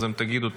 אז תגידו,